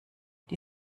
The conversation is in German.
die